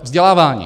Vzdělávání.